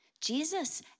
Jesus